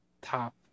top